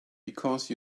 because